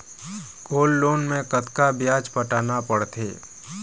Gold loan मे कतका ब्याज पटाना पड़थे?